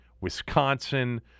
Wisconsin